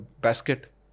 basket